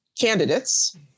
candidates